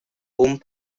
home